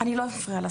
אני לא אפריע לה.